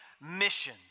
mission